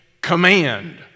command